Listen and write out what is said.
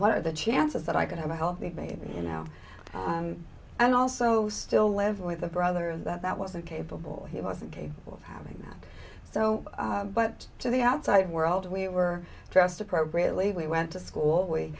what are the chances that i could have a healthy baby you know and also still live with a brother that wasn't capable he wasn't capable of having that so but to the outside world we were dressed appropriately we went to school we